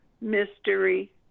mystery